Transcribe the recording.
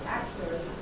actors